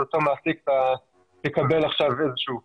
אותו מעסיק אתה תקבל עכשיו איזה שהוא כסף,